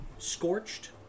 Scorched